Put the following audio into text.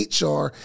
HR